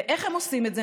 ואיך הם עושים את זה?